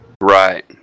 Right